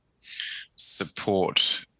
support